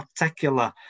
particular